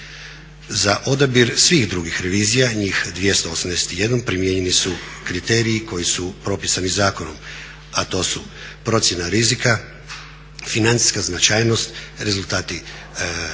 Za odabir svih drugih revizija, njih 281, primijenjeni su kriteriji koji su propisani zakonom, a to su procjena rizika, financijska značajnost, rezultati utvrđeni